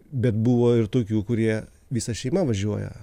bet buvo ir tokių kurie visa šeima važiuoja